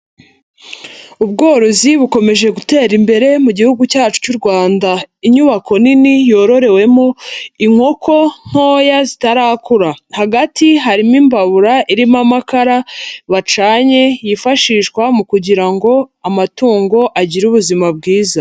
Ubworozi bukomeje gutera imbere mu Gihugu cyacu cy'u Rwanda. Inyubako nini yororewemo inkoko ntoya zitarakura hagati harimo imbabura irimo amakara bacanye yifashishwa mu kugira ngo amatungo agire ubuzima bwiza.